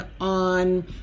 on